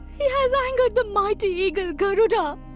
he has angered the mighty eagle garuda.